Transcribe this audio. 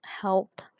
help